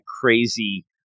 crazy